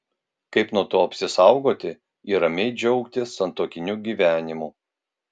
kaip nuo to apsisaugoti ir ramiai džiaugtis santuokiniu gyvenimu